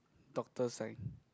doctor sign